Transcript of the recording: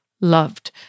loved